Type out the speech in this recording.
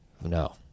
No